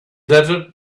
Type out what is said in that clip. desert